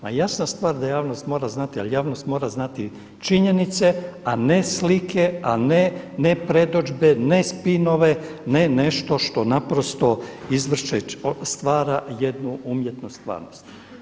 Ma jasna stvar da javnost mora znati ali javnost mora znati činjenice a ne slike, ne predodžbe, ne spinove, ne nešto što naprosto stvara jednu umjetnu stvarnost.